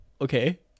okay